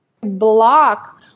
block